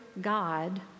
God